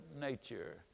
nature